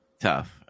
tough